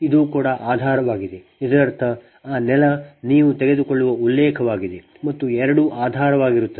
ಇದು ಕೂಡ ಆಧಾರವಾಗಿದೆ ಇದರರ್ಥ ಆ ನೆಲ ನೀವು ತೆಗೆದುಕೊಳ್ಳುವ ಉಲ್ಲೇಖವಾಗಿದೆ ಮತ್ತು ಎರಡೂ ಆಧಾರವಾಗಿರುತ್ತವೆ